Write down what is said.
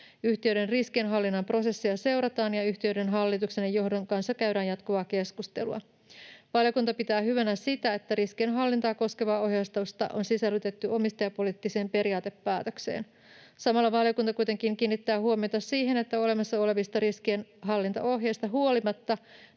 Yhtiöiden riskinhallinnan prosessia seurataan ja yhtiöiden hallituksen ja johdon kanssa käydään jatkuvaa keskustelua. Valiokunta pitää hyvänä sitä, että riskienhallintaa koskevaa ohjeistusta on sisällytetty omistajapoliittiseen periaatepäätökseen. Samalla valiokunta kuitenkin kiinnittää huomiota siihen, että olemassa olevista riskien hallintaohjeista huolimatta